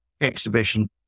exhibition